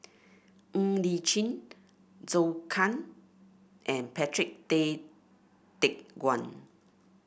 Ng Li Chin Zhou Can and Patrick Tay Teck Guan